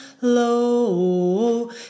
low